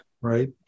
right